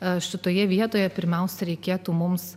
aš šitoje vietoje pirmiausia reikėtų mums